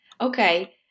Okay